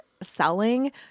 selling